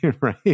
right